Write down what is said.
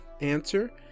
answer